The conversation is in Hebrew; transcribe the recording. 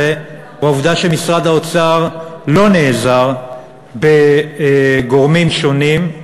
הוא העובדה שמשרד האוצר לא נעזר בגורמים שונים,